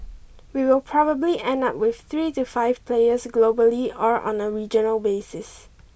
we will probably end up with three to five players globally or on a regional basis